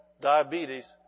diabetes